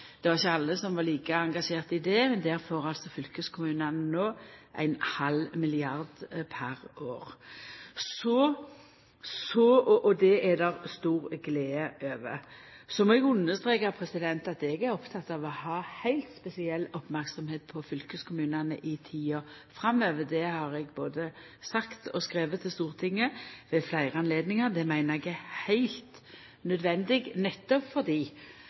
Det var ikkje alle som var like engasjerte i det. Der får altså fylkeskommunane no 0,5 mrd. kr per år, og det er det stor glede over. Så må eg understreka at eg er oppteken av å ha heilt spesiell merksemd på fylkeskommunane i tida framover. Det har eg både sagt og skrive til Stortinget ved fleire høve. Det meiner eg er heilt nødvendig, nettopp fordi